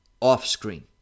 off-screen